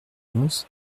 onze